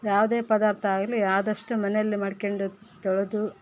ಯಾವುದೇ ಪದಾರ್ಥ ಆಗಲಿ ಆದಷ್ಟು ಮನೆಲ್ಲೇ ಮಾಡ್ಕೊಂಡು ತೊಳೆದು